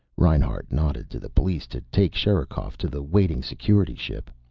reinhart nodded to the police to take sherikov to the waiting security ship.